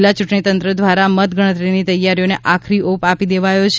જિલ્લા ચ્રંટણીતંત્ર દ્વારા મતગણતરીની તૈયારીઓને આખરી ઓપ આપી દેવામાં આવ્યો છે